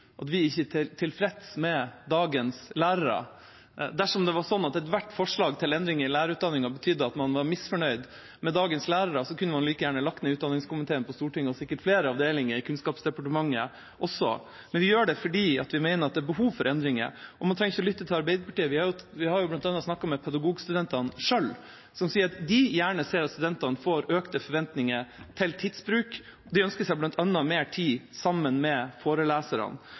betyr det at vi ikke er tilfreds med dagens lærere. Dersom det var sånn at ethvert forslag til endringer i lærerutdanningen betydde at man var misfornøyd med dagens lærere, kunne man like gjerne lagt ned utdanningskomiteen på Stortinget og sikkert flere avdelinger i Kunnskapsdepartementet også. Vi gjør det fordi vi mener at det er behov for endringer. Man trenger ikke lytte til Arbeiderpartiet – vi har bl.a. snakket med pedagogikkstudentene selv, som sier at de gjerne ser at studentene får økte forventninger til tidsbruk. De ønsker seg bl.a. mer tid sammen med foreleserne.